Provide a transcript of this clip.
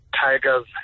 tigers